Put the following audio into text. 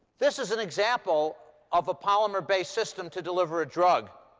this is an example of a polymer-based system to deliver a drug.